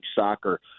Soccer